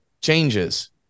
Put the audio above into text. changes